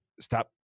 stop